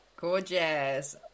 gorgeous